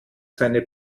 seine